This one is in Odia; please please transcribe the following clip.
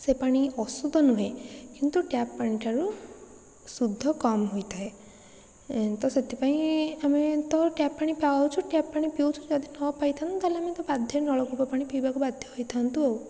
ସେ ପାଣି ଅଶୁଦ୍ଧ ନୁହେଁ କିନ୍ତୁ ଟ୍ୟାପ୍ ପାଣିଠାରୁ ଶୁଦ୍ଧ କମ୍ ହୋଇଥାଏ ଏଁ ତ ସେଥିପାଇଁ ଆମେ ତ ଟ୍ୟାପ୍ ପାଣି ପାଉଛୁ ଟ୍ୟାପ୍ ପାଣି ପିଉଛୁ ଯଦି ନପାଇଥାନ୍ତୁ ତାହେଲେ ଆମେ ବାଧ୍ୟ ନଳକୂପ ପାଣି ପିଇବାକୁ ବାଧ୍ୟ ହୋଇଥାନ୍ତୁ ଆଉ